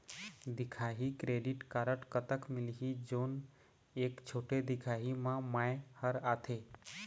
दिखाही credit card कतक मिलही जोन एक छोटे दिखाही म मैं हर आथे?